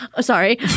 Sorry